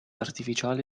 artificiale